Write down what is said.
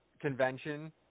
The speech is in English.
convention